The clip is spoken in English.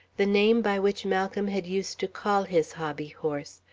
the name by which malcolm had used to call his hobbyhorse,